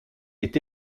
est